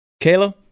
Kayla